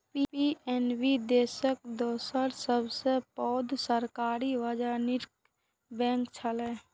PNB देशक दोसर सबसं पैघ सरकारी वाणिज्यिक बैंक छियै